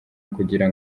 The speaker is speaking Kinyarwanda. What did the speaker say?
ukugira